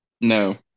No